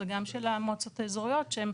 זה גם של המועצות האזוריות שהן